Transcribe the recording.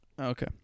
okay